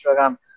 Instagram